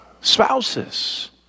Spouses